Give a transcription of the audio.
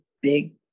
big